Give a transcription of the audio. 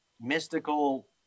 mystical